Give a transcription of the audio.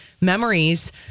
memories